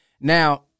Now